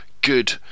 good